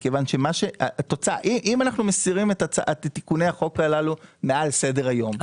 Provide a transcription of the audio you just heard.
אם אנחנו מסירים את תיקוני החוק הללו מעל סדר היום,